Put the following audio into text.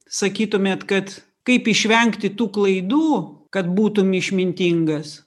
sakytumėt kad kaip išvengti tų klaidų kad būtum išmintingas